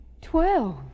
Twelve